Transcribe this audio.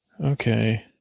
Okay